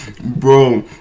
Bro